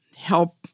help